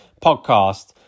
podcast